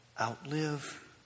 outlive